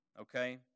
okay